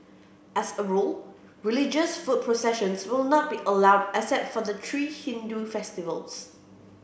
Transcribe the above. as a rule religious foot processions will not be allowed except for the three Hindu festivals